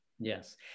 Yes